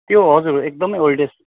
त्यो हजुर एकदम अहिले